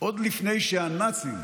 עוד לפני שהנאצים